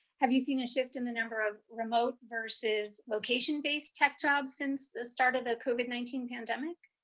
have you seen a shift in the number of remote versus location-based tech jobs since the start of the covid nineteen pandemic?